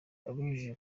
abinyujije